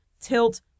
tilt